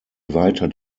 weiter